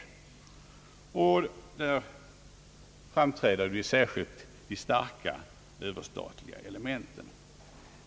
Detta gäller särskilt de överstatliga elementen.